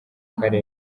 karere